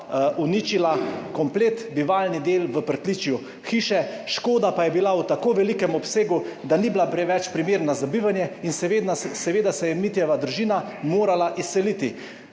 uničila kompleten bivalni del v pritličju hiše, škoda pa je bila v tako velikem obsegu, da ni bila več primerna za bivanje, in seveda se je Mitjeva družina morala izseliti.